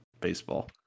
baseball